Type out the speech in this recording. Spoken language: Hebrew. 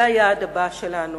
זה היעד הבא שלנו,